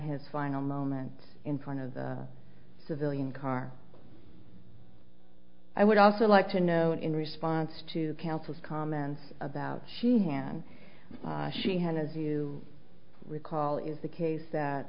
his final moment in front of the civilian car i would also like to know in response to counsel's comments about she han she had as you recall is the case that